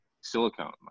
silicone